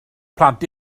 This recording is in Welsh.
plant